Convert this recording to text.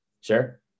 Sure